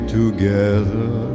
together